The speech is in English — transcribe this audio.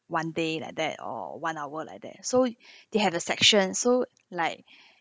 one day like that or one hour like that so they have a section so like